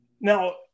Now